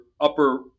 upper